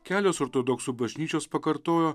kelios ortodoksų bažnyčios pakartojo